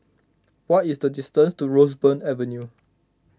what is the distance to Roseburn Avenue